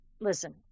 listen